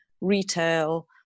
retail